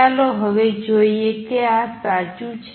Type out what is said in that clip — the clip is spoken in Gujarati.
ચાલો હવે જોઈએ કે આ સાચું છે